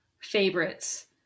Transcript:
favorites